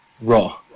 Raw